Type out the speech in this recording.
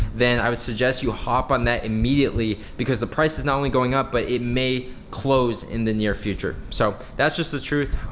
then i would suggest you hop on that immediately because the price is not only going up, but it may close in the near future. so that's just the truth,